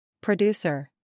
Producer